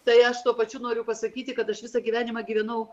tai aš tuo pačiu noriu pasakyti kad aš visą gyvenimą gyvenau